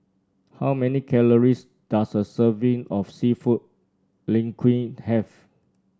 how many calories does a serving of seafood Linguine have